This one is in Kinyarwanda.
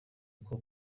kuko